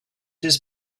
his